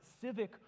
civic